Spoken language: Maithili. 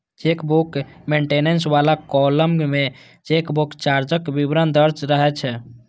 चेकबुक मेंटेनेंस बला कॉलम मे चेकबुक चार्जक विवरण दर्ज रहै छै